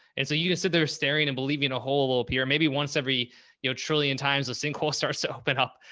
and so you just sit there staring and believing in a whole little pier. maybe once every you know trillion times a sinkhole starts to open up,